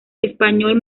español